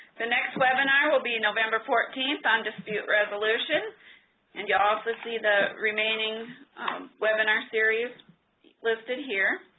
the next webinar will be november fourteenth on dispute resolution and you'll also see the remaining webinar series listed here.